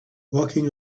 walking